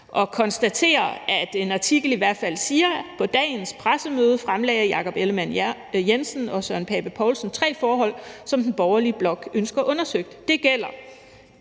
har konstateret, at der i hvert fald i en artikel står: På dagens pressemøde fremlagde Jakob Ellemann-Jensen og Søren Pape Poulsen tre forhold, som den borgerlige blok ønsker undersøgt. Det gælder